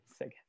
again